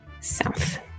South